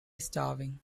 starving